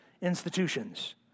institutions